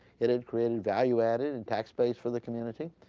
it had created value-added and tax base for the community,